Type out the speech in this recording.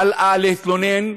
הלאה ולהתלונן,